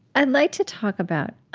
i'd like to talk about